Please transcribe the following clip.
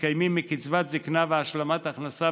המתקיימים מקצבת זקנה והשלמת הכנסה